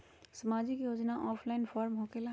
समाजिक योजना offline form होकेला?